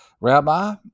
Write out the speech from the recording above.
Rabbi